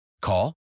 Call